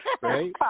right